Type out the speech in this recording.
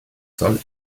soll